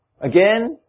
again